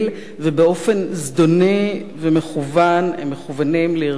ובאופן זדוני ומכוון הם מכוונים לארגוני